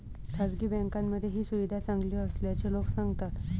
खासगी बँकांमध्ये ही सुविधा चांगली असल्याचे लोक सांगतात